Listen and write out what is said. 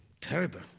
terrible